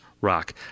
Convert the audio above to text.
rock